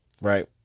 right